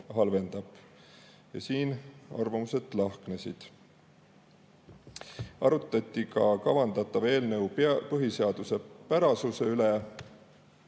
halvendab. Ja siin arvamused lahknesid. Arutati ka kavandatava eelnõu põhiseaduspärasuse üle.